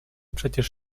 przecież